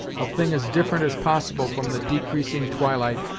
a thing as different as possible from the decreasing twilight,